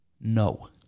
no